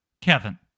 Kevin